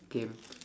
K